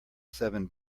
seven